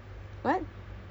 how you guys met